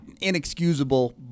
inexcusable